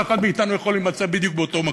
כל אחד מאתנו יכול להימצא בדיוק באותו מקום,